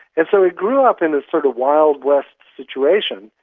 and so it grew up in a sort of wild west situation.